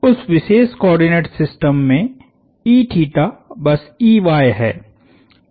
उस विशेष coordinate system में बस है